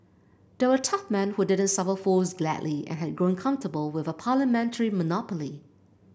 they were tough men who didn't suffer fools gladly and had grown comfortable with a parliamentary monopoly